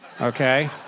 okay